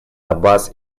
аббас